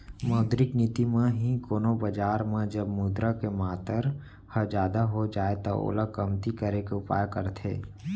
मौद्रिक नीति म ही कोनो बजार म जब मुद्रा के मातर ह जादा हो जाय त ओला कमती करे के उपाय करथे